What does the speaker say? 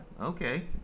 okay